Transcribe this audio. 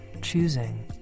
choosing